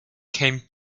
came